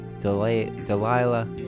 Delilah